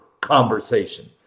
conversation